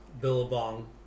billabong